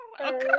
Okay